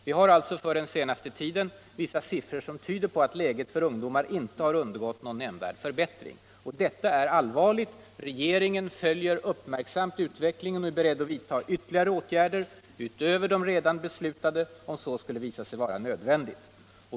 Vi har alltså för den senaste tiden vissa siffror som tyder på att läget för ungdomar inte har undergått någon nämnvärd förbättring. Detta är allvarligt, och regeringen följer uppmärksamt utvecklingen och är beredd att vidta ytterligare åtgärder utöver de redan beslutade, om så skulle visa sig vara nödvändigt.